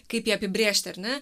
kaip ją apibrėžti ar ne